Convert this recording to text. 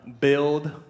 build